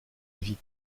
vie